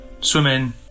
Swimming